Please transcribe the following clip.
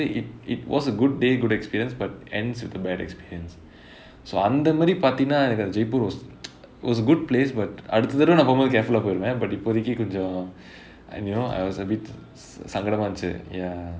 it it was a good day good experience but ends with a bad experience so அந்த மாதிரி பாத்தினா எனக்கு அந்த:antha maathiri paathinaa enakku antha jaipur was was good place but அடுத்த தடவை நா போகும்போது:adutha thadavai naa pogumpothu careful ah போயிருவேன்:poiruvaen but இப்போதைக்கு கொஞ்சம்:ippothaikku konjam and you know I was a bit சங்கடமா இருந்துச்சு:sangadamaa irunthuchu ya